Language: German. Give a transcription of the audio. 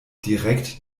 direkt